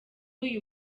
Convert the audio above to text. uyu